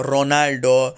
Ronaldo